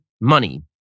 money